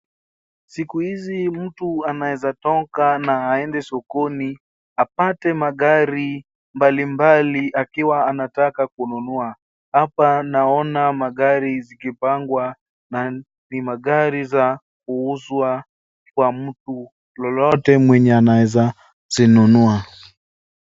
Sikuizi mtu anaeza toka na aende sokoni apate magari mbalimbali akiwa anataka kununua. Hapa naona magari zikipangwa na ni magari za Kuuzwa kwa mtu lelote mwenye anaeza zinunua.